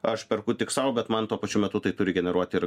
aš perku tik sau bet man tuo pačiu metu tai turi generuot ir